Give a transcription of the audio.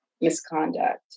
misconduct